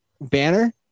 banner